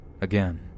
Again